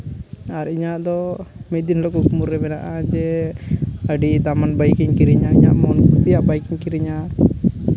ᱟᱨ ᱤᱧᱟᱹᱜ ᱫᱚ ᱢᱤᱫ ᱦᱤᱞᱳᱜ ᱠᱩᱠᱢᱩ ᱨᱮ ᱢᱮᱱᱟᱜᱼᱟ ᱡᱮ ᱟᱹᱰᱤ ᱫᱟᱢᱟᱱ ᱵᱟᱹᱭᱤᱠᱤᱧ ᱠᱤᱨᱤᱧᱟ ᱤᱧᱟᱹᱜ ᱢᱚᱱ ᱠᱩᱥᱤᱭᱟᱜ ᱵᱟᱭᱤᱠ ᱤᱧ ᱠᱤᱨᱤᱧᱟ